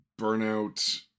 Burnout